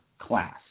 class